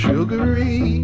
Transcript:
Sugary